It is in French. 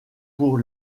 pour